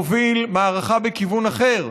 הוביל מערכה בכיוון אחר,